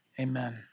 Amen